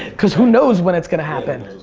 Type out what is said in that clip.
cause who knows when it's gonna happen.